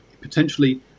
Potentially